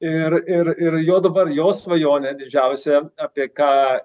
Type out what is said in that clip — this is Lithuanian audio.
ir ir ir jo dabar jo svajonė didžiausia apie ką